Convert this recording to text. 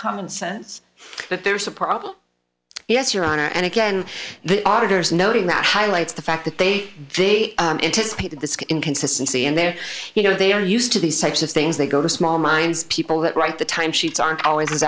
common sense that there's a problem yes your honor and again the auditors noting that highlights the fact that they they anticipated this inconsistency and they're you know they are used to these types of things they go to small minds people that write the time sheets aren't always